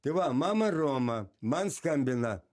tai va mama roma man skambina